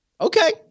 Okay